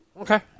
Okay